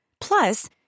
Plus